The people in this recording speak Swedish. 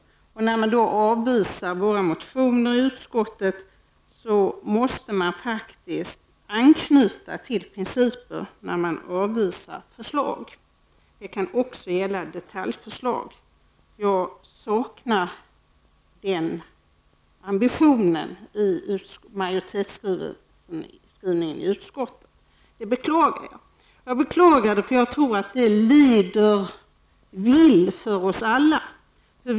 När man avvisar förslagen i våra motioner i utskottet måste man faktiskt anknyta till principer. Det kan även gälla detaljförslag. Jag saknar den ambitionen i majoritetsskrivningen i utskottets betänkande. Det beklagar jag, eftersom jag tror att det leder oss alla vill.